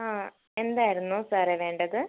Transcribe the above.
ആ എന്തായിരുന്നു സാറെ വേണ്ടത്